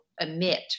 emit